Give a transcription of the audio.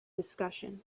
discussion